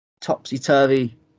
topsy-turvy